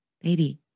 baby